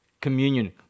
communion